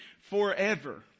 forever